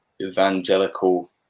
evangelical